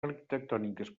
arquitectòniques